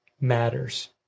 matters